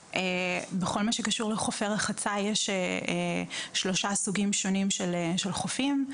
בכל מה שקשור לחופי רחצה יש שלושה סוגים שונים של חופים.